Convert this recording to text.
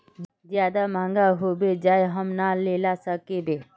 ज्यादा महंगा होबे जाए हम ना लेला सकेबे?